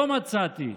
לא מצאתי.